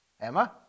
Emma